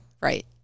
Right